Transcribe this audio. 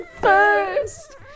first